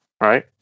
right